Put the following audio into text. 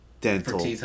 dental